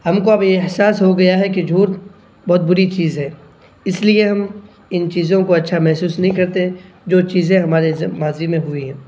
ہم کو اب یہ احساس ہو گیا ہے کہ جھوٹ بہت بری چیز ہے اس لیے ہم ان چیزوں کو اچھا محسوس نہیں کرتے جو چیزیں ہمارے ماضی میں ہوئی ہیں